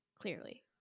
clearly